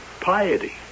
piety